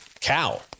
cow